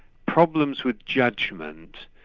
problems with judgment,